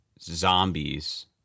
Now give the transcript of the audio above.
Zombies